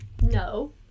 No